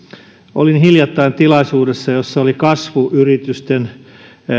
olin hiljattain tilaisuudessa jossa olivat kasvuyritysten